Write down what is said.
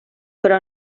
però